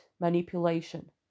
manipulation